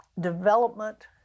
development